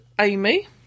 Amy